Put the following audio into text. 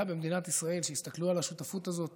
במדינת ישראל שיסתכלו על השותפות הזאת